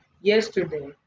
yesterday